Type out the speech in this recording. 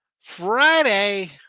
Friday